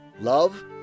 love